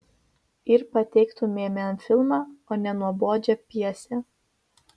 ir pateiktumėme filmą o ne nuobodžią pjesę